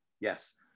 Yes